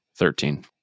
Thirteen